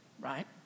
right